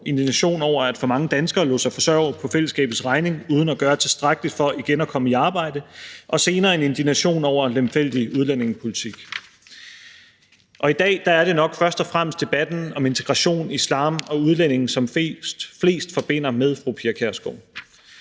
indignation over, at for mange danskere lod sig forsørge på fællesskabets regning uden at gøre tilstrækkeligt for igen at komme i arbejde, og senere en indignation over en lemfældig udlændingepolitik. I dag er det nok først og fremmest debatten om integration, islam og udlændinge, som flest forbinder med fru Pia Kjærsgaard.